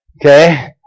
Okay